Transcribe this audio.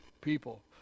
people